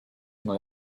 neue